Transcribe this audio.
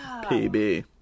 PB